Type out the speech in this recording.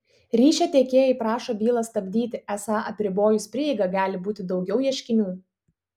ryšio tiekėjai prašo bylą stabdyti esą apribojus prieigą gali būti daugiau ieškinių